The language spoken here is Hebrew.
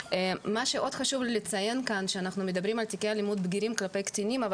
אנחנו מדברים על תיקי אלימות בגירים כלפי קטינים,